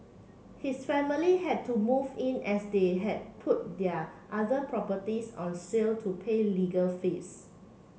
his family had to move in as they had put their other properties on sale to pay legal fees